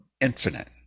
infinite